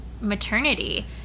maternity